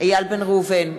איל בן ראובן,